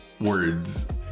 words